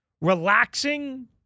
relaxing